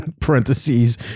parentheses